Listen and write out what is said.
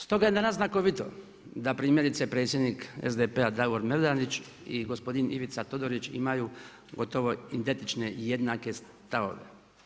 Stoga je danas znakovito da primjerice predsjednik SDP-a Davor Bernardić i gospodin Ivica Todorić imaju gotovo identične i jednake stavove.